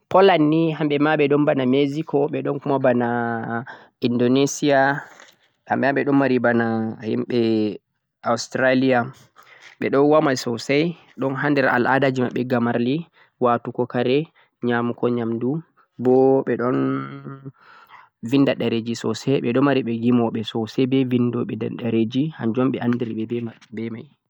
Holland ni hamɓe ma ɓe woni bana Mexico, bana Indonesia hamɓe ma ɓe ɗon mari ba himɓe Australia ɓe ɗo woma sosai ɗon ha nder al'adaji maɓɓe gamarli, watugo kare, nyamgo nyamdu, bo ɓe ɗon vinda ɗereji sosai, ɓe ɗo mari yimoɓe sosai be vindoɓe ɗereji, hanjum un ɓe andiri ɓe be mai.